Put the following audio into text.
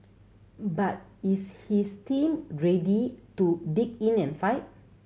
but is his team ready to dig in and fight